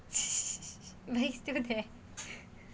but he‘s still there